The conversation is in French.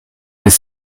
des